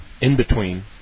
in-between